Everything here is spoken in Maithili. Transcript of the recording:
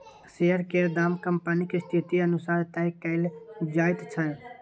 शेयर केर दाम कंपनीक स्थिति अनुसार तय कएल जाइत छै